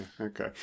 Okay